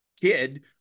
kid